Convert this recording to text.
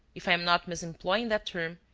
if i am not misemploying that term,